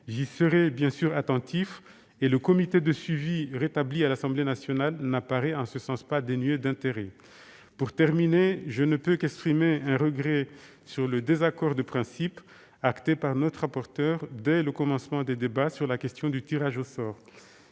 J'y serai bien sûr attentif et le comité de suivi rétabli à l'Assemblée nationale n'apparaît, en ce sens, pas dénué d'intérêt. Pour terminer, je ne peux qu'exprimer un regret sur le désaccord de principe, acté par notre rapporteure dès le commencement des débats, sur la question du tirage au sort.